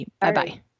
Bye-bye